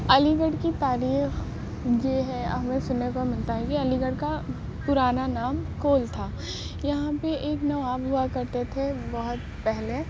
علی گڑھ کی تاریخ یہ ہے ہمیں سننے کو ملتا ہے کہ علی گڑھ کا پرانا نام کول تھا یہاں پہ ایک نواب ہوا کرتے تھے بہت پہلے